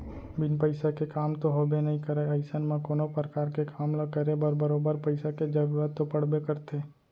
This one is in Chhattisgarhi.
बिन पइसा के काम तो होबे नइ करय अइसन म कोनो परकार के काम ल करे बर बरोबर पइसा के जरुरत तो पड़बे करथे